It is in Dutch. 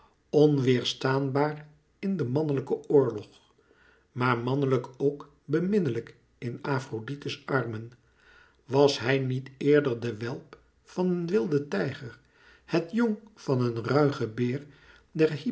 onweêrstaanbaar in den manlijken oorlog maar mannelijk ook beminnelijk in afrodite's armen was hij niet eerder de welp van een wilden tijger het jong van een ruigen beer